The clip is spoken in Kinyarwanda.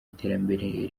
iterambere